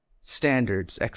standards